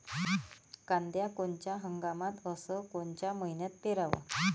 कांद्या कोनच्या हंगामात अस कोनच्या मईन्यात पेरावं?